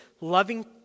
loving